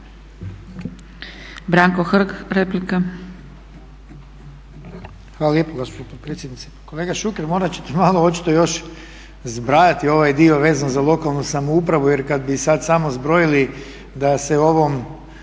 Branko Hrg, replika.